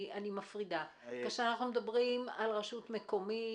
אני מפרידה - כשאנחנו מדברים על רשות מקומית,